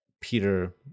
Peter